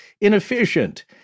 inefficient